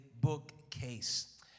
bookcase